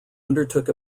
undertook